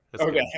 Okay